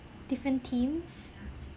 different themes